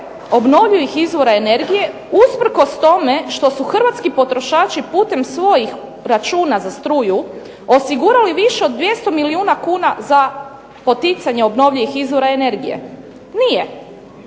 obnovljivih izvora energije, usprkos tome što su hrvatski potrošači putem svojih računa za struju osigurali više od 200 milijuna kuna za poticanje obnovljivih izvora energije? Nije.